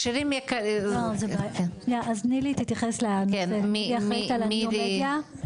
אז נילי תתייחס לנושא היא אחראית על ניו מדיה,